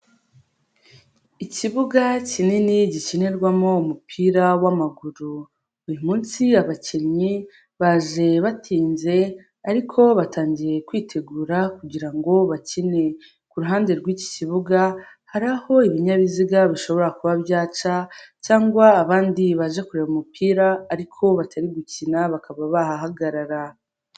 Ikibuga kinini gikinirwamo umupira w'amaguru, uyu munsi abakinnyi baje batinze ariko batangiye kwitegura kugira bakine, ku ruhande rw'iki kibuga hari aho ibinyabiziga bishobora kuba byaca cyangwa abandi baje kureba umupira ariko batari gukina bakaba bahahagarara.